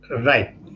Right